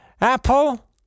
Apple